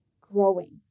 growing